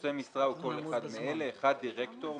נושא משרה הוא כל אחד מאלה: (1) דירקטור,